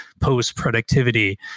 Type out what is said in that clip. post-productivity